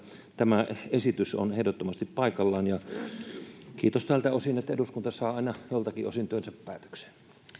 tämä esitys on ehdottomasti paikallaan kiitos tältä osin että eduskunta saa joltakin osin työnsä päätökseen